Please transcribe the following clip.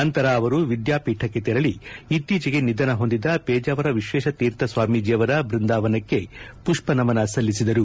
ನಂತರ ಅಮಿತ್ ಷಾ ವಿದ್ಯಾಪೀಠಕ್ಕೆ ತೆರಳಿ ಇತ್ತೀಚೆಗೆ ನಿಧನ ಹೊಂದಿದ ಪೇಜಾವರ ವಿಶ್ವೇಶತೀರ್ಥ ಸ್ವಾಮೀಜಿ ಅವರ ಬೃಂದಾವನಕ್ಕೆ ಅವರು ಮಷ್ವ ನಮನ ಸಲ್ಲಿಸಿದರು